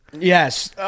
yes